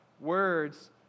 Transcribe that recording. words